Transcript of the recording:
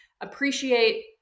appreciate